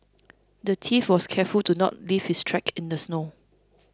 the thief was careful to not leave his tracks in the snow